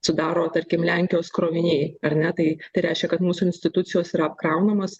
sudaro tarkim lenkijos kroviniai ar ne tai tai reiškia kad mūsų institucijos yra apkraunamos